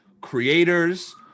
creators